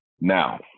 Now